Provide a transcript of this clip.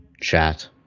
chat